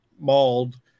mauled